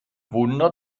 wunder